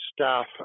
staff